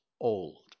old